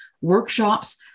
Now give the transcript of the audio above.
workshops